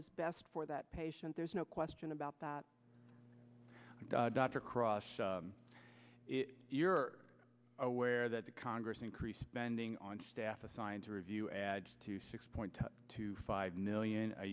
is best for that patient there's no question about that dr cross you're aware that the congress increase spending on staff assigned to review adds to six point two five million a